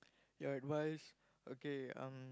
your advice okay um